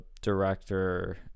director